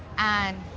and.